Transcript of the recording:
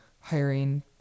hiring